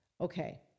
okay